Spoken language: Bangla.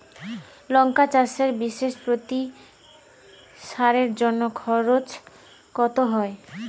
লঙ্কা চাষে বিষে প্রতি সারের জন্য খরচ কত হয়?